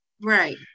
Right